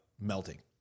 melting